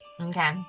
okay